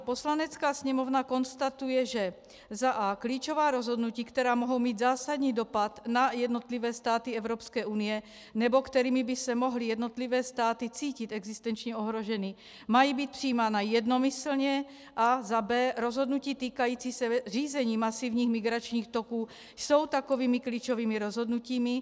Poslanecká sněmovna konstatuje, že a) klíčová rozhodnutí, která mohou mít zásadní dopad na jednotlivé státy Evropské unie nebo kterými by se mohly jednotlivé státy cítit existenčně ohroženy, mají být přijímána jednomyslně a b) rozhodnutí týkající se řízení masivních migračních toků jsou takovými klíčovými rozhodnutími.